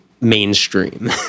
Mainstream